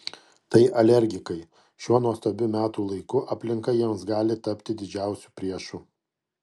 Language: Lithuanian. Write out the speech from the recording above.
tai alergikai šiuo nuostabiu metų laiku aplinka jiems gali tapti didžiausiu priešu